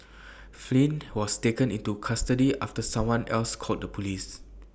Flynn was taken into custody after someone else called the Police